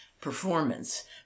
performance